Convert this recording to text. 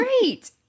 great